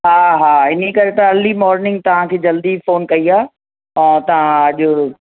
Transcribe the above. हा हा इन करे त अर्ली मॉर्निंग तव्हांखे जल्दी फ़ोन कई आहे तव्हां अॼु